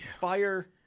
fire